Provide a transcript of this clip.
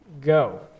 Go